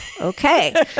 Okay